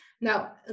Now